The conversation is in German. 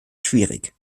schwierig